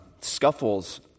scuffles